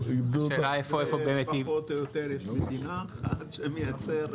השאלה איפה באמת --- פחות או יותר יש רק מדינה אחת שמייצרת.